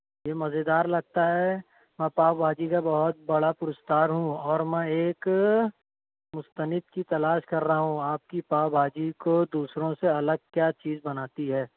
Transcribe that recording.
جی مزیدار لگتا ہے میں پاؤ بھاجی کا بہت بڑا پرستار ہوں اور میں ایک مستنب کی تلاش کر رہا ہوں آپ کی پاؤ بھاجی کو دوسروں سے الگ کیا چیز بناتی ہے